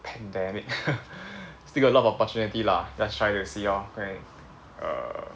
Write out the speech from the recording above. pandemic still got a lot of opportunity lah just try to see orh go and err